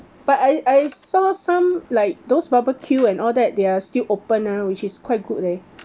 but I I saw some like those barbecue and all that they're still open ah which is quite good leh